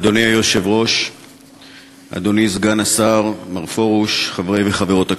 אני מתכבד להזמין את סגן שר החינוך חבר הכנסת